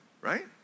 right